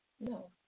No